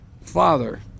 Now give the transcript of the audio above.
father